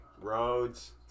Roads